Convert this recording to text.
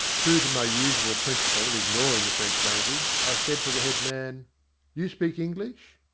true to my usual principle of ignoring the french language, i said to the head man you speak english?